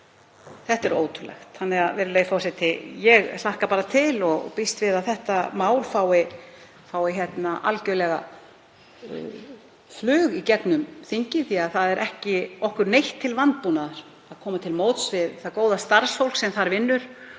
Þetta er ótrúlegt. Virðulegi forseti. Ég hlakka bara til og býst við að þetta mál fái algerlega flug í gegnum þingið því að okkur er ekkert að vanbúnaði að koma til móts við það góða starfsfólk sem þar vinnur